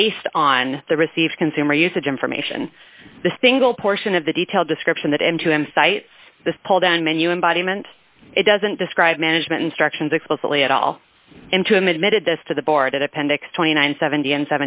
based on the received consumer usage information the single portion of the detailed description that m two m cites the pulldown menu embodiment it doesn't describe management instructions explicitly at all into emitted this to the board at appendix twenty nine